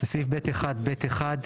סעיף (ב1)(ב)(1),